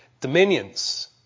dominions